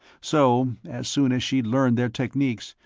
so, as soon as she'd learned their techniques,